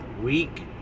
week